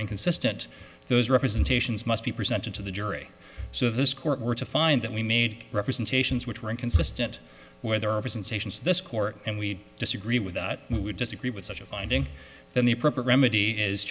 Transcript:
inconsistent those representations must be presented to the jury so this court were to find that we made representations which were inconsistent where there are presentations this court and we disagree with that would disagree with such a finding then the proper remedy is